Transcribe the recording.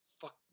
fuck